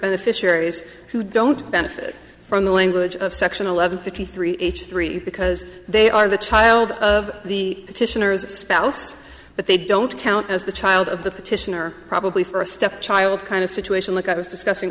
beneficiaries who don't benefit from the language of section eleven fifty three h three because they are the child of the petitioner is a spouse but they don't count as the child of the petitioner probably for a stepchild kind of situation like i was discussing